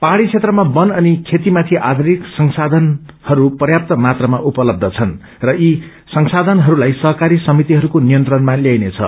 पाहाड़ी क्षेत्रमा वन अनि खेती माथि आधारित संसाधनहरू प्यांत्त मात्रामा उपलब्ध छन् र यी संसाधनहरूलाई सहकारी समितिहरूको नियंत्रणमा ल्याइनेछ